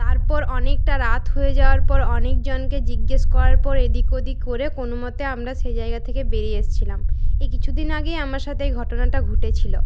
তারপর অনেকটা রাত হয়ে যাওয়ার পর অনেকজনকে জিজ্ঞেস করার পর এদিক ওদিক করে কোনোমতে আমরা সেই জায়গা থেকে বেরিয়ে এসছিলাম এই কিছুদিন আগেই আমার সাথে এই ঘটনাটা ঘটেছিলো